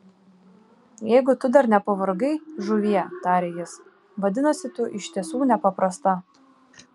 jeigu tu dar nepavargai žuvie tarė jis vadinasi tu iš tiesų nepaprasta